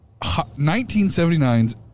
1979's